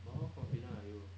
but how confidant are you